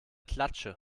klatsche